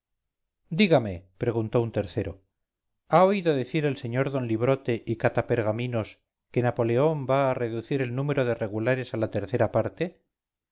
dígame preguntó un tercero ha oído decir el sr d librote y cata pergaminos que napoleón va a reducir el número de regulares a la tercera parte